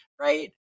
right